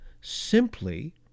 simply